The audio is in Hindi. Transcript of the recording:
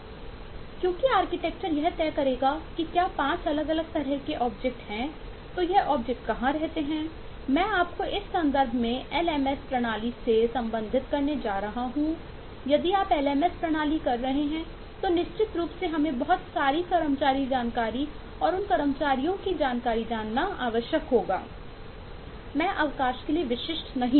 क्योंकि आर्किटेक्चर प्रणाली कर रहे हैं तो निश्चित रूप से हमें बहुत सारी कर्मचारी जानकारी और उन कर्मचारियों की जानकारी जानना आवश्यक है मैं अवकाश के लिए विशिष्ट नहीं हूं